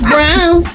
Brown